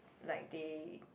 like they